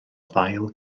ddail